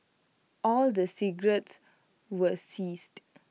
all the cigarettes were seized